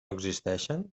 existeixen